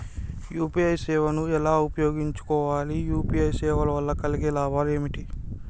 UPI సేవను ఎలా ఉపయోగించు కోవాలి? యూ.పీ.ఐ సేవల వల్ల కలిగే లాభాలు ఏమిటి?